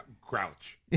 Grouch